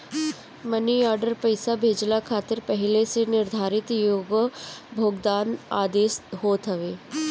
मनी order पईसा भेजला खातिर पहिले से निर्धारित एगो भुगतान आदेश होत हवे